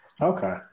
okay